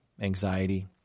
anxiety